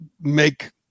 make –